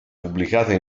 pubblicate